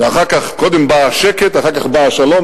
אחר כך, קודם בא השקט, אחר כך בא השלום.